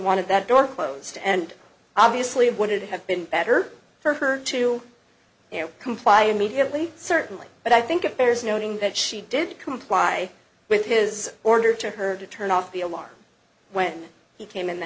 wanted that door closed and obviously would it have been better for her to comply immediately certainly but i think it bears noting that she did comply with his order to her to turn off the alarm when he came in the